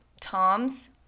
Tom's